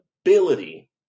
ability